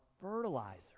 fertilizer